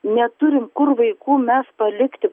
neturim kur vaikų mes palikti